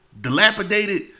dilapidated